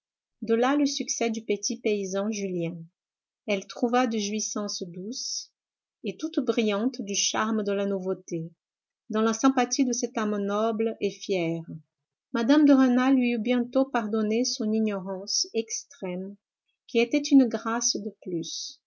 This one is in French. de là le succès du petit paysan julien elle trouva des jouissances douces et toutes brillantes du charme de la nouveauté dans la sympathie de cette âme noble et fière mme de rênal lui eut bientôt pardonné son ignorance extrême qui était une grâce de plus